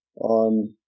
on